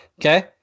Okay